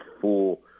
full